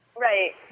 Right